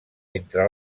entre